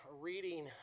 reading